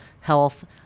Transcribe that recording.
health